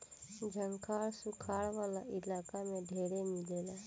झंखाड़ सुखार वाला इलाका में ढेरे मिलेला